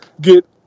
get